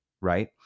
Right